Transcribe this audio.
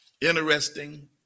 Interesting